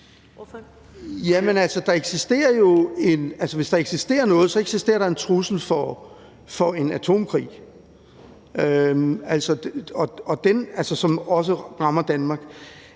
Hvis der eksisterer noget, eksisterer der en trussel om en atomkrig, som også rammer Danmark.